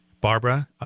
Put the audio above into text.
Barbara